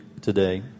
today